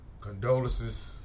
Condolences